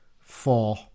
four